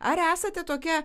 ar esate tokia